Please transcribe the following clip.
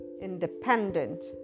independent